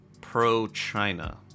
pro-China